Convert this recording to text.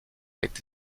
été